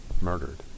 murdered